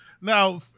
Now